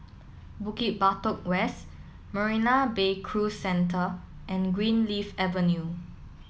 Bukit Batok West Marina Bay Cruise Centre and Greenleaf Avenue